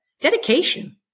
dedication